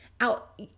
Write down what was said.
out